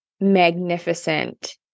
magnificent